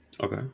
Okay